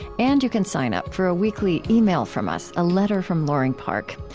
and you can sign up for a weekly email from us, a letter from loring park.